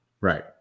Right